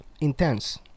intense